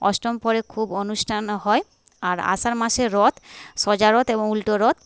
অষ্টম প্রহরে খুব অনুষ্ঠান হয় আর আষাঢ় মাসে রথ সোজা রথ এবং উল্টো রথ